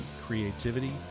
creativity